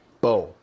boom